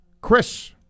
Chris